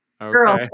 Girl